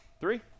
three